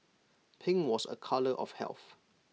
pink was A colour of health